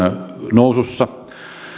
nousussa